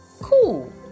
cool